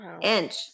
inch